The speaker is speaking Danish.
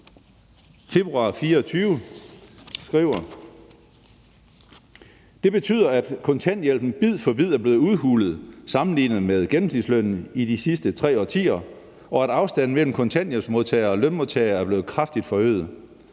»Det betyder, at kontanthjælpen bid for bid er blevet udhulet sammenlignet med gennemsnitslønnen i de sidste tre årtier, og at afstanden mellem kontanthjælpsmodtagere og lønmodtagere er blevet kraftigt forøget.